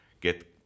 get